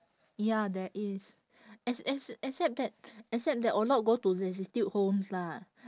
ya there is ex~ ex~ except that except that a lot go to destitute homes lah